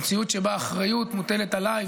המציאות שבה האחריות מוטלת עליי,